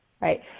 Right